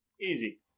Easy